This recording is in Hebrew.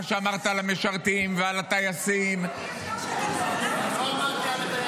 שאמרת על המשרתים ועל הטייסים -- לא אמרתי על הטייסים.